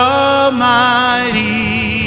almighty